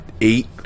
eight